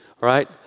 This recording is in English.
right